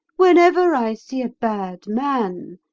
whenever i see a bad man,